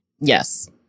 Yes